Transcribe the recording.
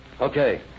Okay